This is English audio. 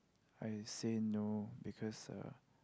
I say no because uh